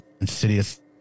*Insidious*